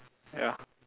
ya